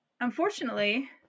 Unfortunately